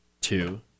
two